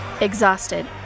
Exhausted